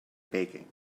baking